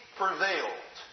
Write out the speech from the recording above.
prevailed